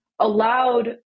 allowed